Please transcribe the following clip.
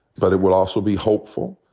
but it will also be hopeful.